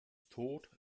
tod